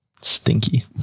Stinky